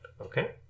okay